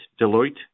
Deloitte